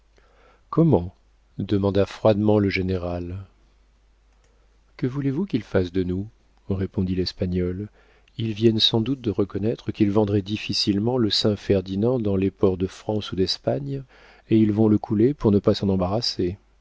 comment demanda froidement le général que voulez-vous qu'ils fassent de nous répondit l'espagnol ils viennent sans doute de reconnaître qu'ils vendraient difficilement le saint ferdinand dans les ports de france ou d'espagne et ils vont le couler pour ne pas s'en embarrasser